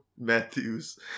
Matthews